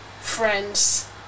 friends